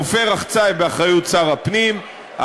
חופי רחצה הם באחריות שר הפנים.